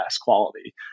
quality